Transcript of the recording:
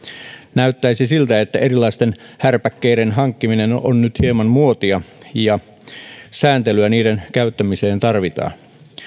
näyttäisi siltä että erilaisten härpäkkeiden hankkiminen on on nyt hieman muotia ja sääntelyä niiden käyttämiseen tarvitaan